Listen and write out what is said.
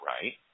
Right